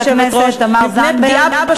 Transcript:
אבל תודה רבה לחברת הכנסת תמר זנדברג.